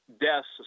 deaths